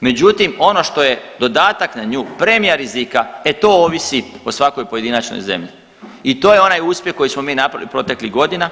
Međutim ono što je dodatak na nju premija rizika, e to ovisi o svakoj pojedinačnoj zemlji i to je onaj uspjeh koji smo mi napravili proteklih godina